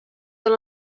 tal